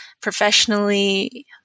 professionally